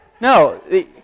No